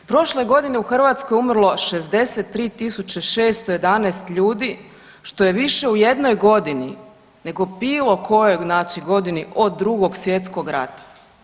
Prošle godine u Hrvatskoj je umrlo 63.611 ljudi što je više u jednoj godini nego bilo kojoj znači godini od Drugog svjetskog rata.